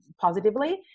positively